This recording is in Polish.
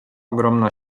ogromna